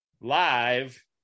live